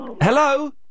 Hello